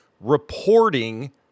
reporting